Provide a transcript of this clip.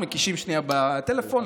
מקישים שנייה בטלפון,